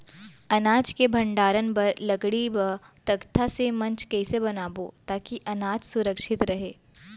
अनाज के भण्डारण बर लकड़ी व तख्ता से मंच कैसे बनाबो ताकि अनाज सुरक्षित रहे?